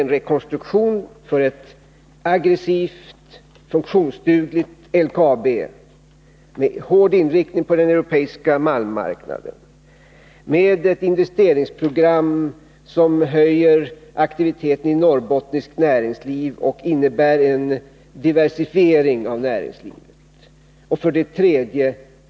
En rekonstruktion för ett aggressivt, funktionsdugligt LKAB, med hård inriktning på den europeiska malmmarknaden. 2. Ett investeringsprogram som höjer aktiviteten i norrbottniskt näringsliv och innebär en diversifiering av näringslivet. 3.